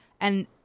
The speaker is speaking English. and-